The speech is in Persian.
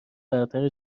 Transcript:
برتر